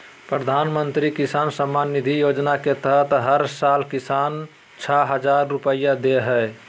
प्रधानमंत्री किसान सम्मान निधि योजना के तहत हर साल किसान, छह हजार रुपैया दे हइ